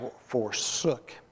forsook